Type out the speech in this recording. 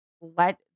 let